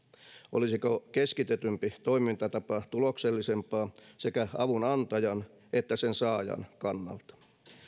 olisiko keskitetympi toimintatapa tuloksellisempaa sekä avun antajan että sen saajan kannalta